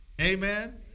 Amen